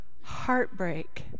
Heartbreak